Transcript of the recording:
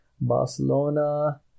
Barcelona